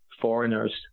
foreigners